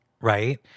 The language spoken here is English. right